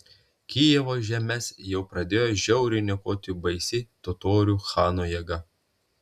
kijevo žemes jau pradėjo žiauriai niokoti baisi totorių chano jėga